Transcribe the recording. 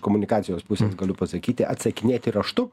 komunikacijos pusės galiu pasakyti atsakinėti raštu